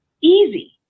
Easy